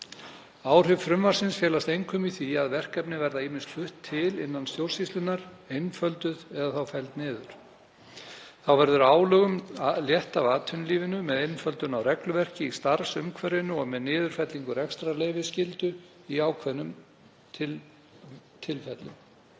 Áhrif frumvarpsins felast einkum í því að verkefni verða ýmist flutt til innan stjórnsýslunnar, einfölduð eða felld niður. Þá verður álögum létt af atvinnulífinu með einföldun á regluverki í starfsumhverfinu og með niðurfellingu rekstrarleyfisskyldu í ákveðnum tilfellum.